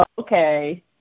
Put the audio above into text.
Okay